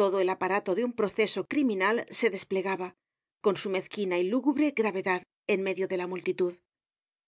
todo el aparato de un proceso criminal se desplegaba con su mezquina y lúgubre gravedad en medio de la multitud